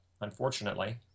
unfortunately